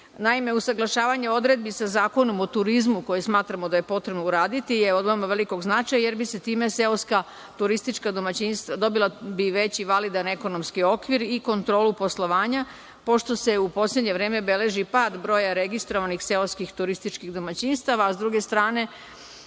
usaglašavanje odredbi sa Zakonom o turizmu koji smatramo da je potrebno uraditi, jer je od veoma velikog značaja, jer bi time seoska turistička domaćinstva dobila validan ekonomski okvir i kontrolu poslovanja, pošto se u poslednje vreme beleži pad broja registrovanih seoskih turističkih domaćinstava, a sa druge strane,